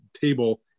table